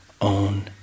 own